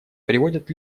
приводят